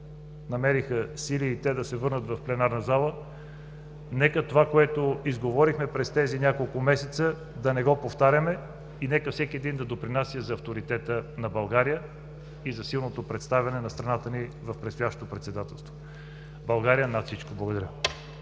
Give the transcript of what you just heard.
намериха сили да се върнат в пленарната зала. Нека това, което говорихме през тези няколко месеца, да не го повтаряме и нека всеки един да допринася за авторитета на България и за силното представяне на страната ни в предстоящото председателство! България над всичко! Благодаря.